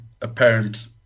apparent